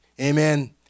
Amen